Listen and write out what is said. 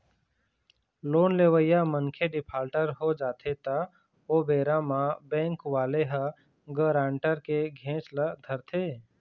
loan लेवइया मनखे defaulter हो जाथे त ओ बेरा म बेंक वाले ह गारंटर के घेंच ल धरथे